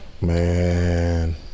Man